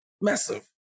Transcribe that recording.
massive